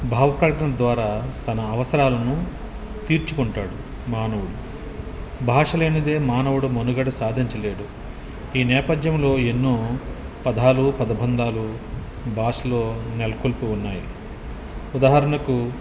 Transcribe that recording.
భావ ప్రకటన ద్వారా తన అవసరాలను తీర్చుకుంటాడు మానవుడు భాష లేనిదే మానవుడు మనుగడ సాధించలేడు ఈ నేపథ్యంలో ఎన్నో పదాలు పదబంధాలు భాషలో నెలకొల్పి ఉన్నాయి ఉదాహరణకు